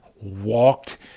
walked